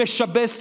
תודה רבה, אדוני.